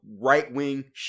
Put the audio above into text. right-wing